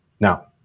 Now